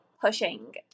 pushing